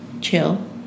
chill